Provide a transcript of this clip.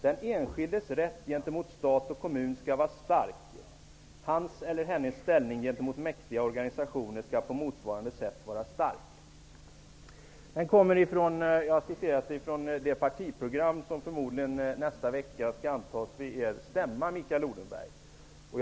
- Den enskildes rätt gentemot stat och kommun skall vara stark. Hans eller hennes ställning gentemot mäktiga organisationer skall på motsvarande sätt vara stark.'' Jag har citerat ur det partiprogram som förmodligen kommer att antas vid er stämma nästa vecka.